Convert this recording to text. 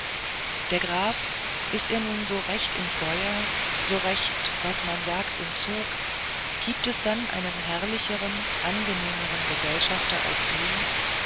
der graf ist er nun so recht im feuer so recht was man sagt im zug gibt es dann einen herrlicheren angenehmeren gesellschafter als ihn